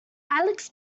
alex